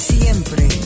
siempre